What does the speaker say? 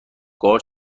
خورم